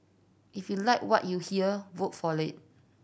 if you like what you hear vote for it